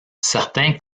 certains